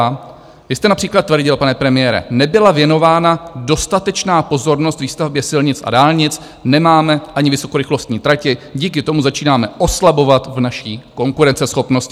Vy jste například tvrdil, pane premiére: nebyla věnována dostatečná pozornost výstavbě silnic a dálnic, nemáme ani vysokorychlostní tratě, díky tomu začínáme oslabovat v naší konkurenceschopnosti.